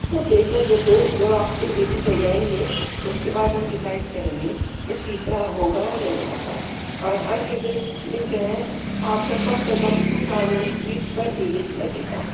تو فیشیل جب دو دو آپ کے بلیچ ہو جائیں گے اُس کے بعد ہم ڈیسائڈ کریں گے کہ تیسرا ہوگا یا نہیں ہوگا اور ہر وزٹ میں جو ہے آپ کا کم سے کم ٹو تھاؤزینڈ روپیز پر وزٹ لگے گا